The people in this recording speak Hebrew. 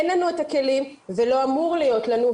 אין לנו את הכלים ולא אמור להיות לנו.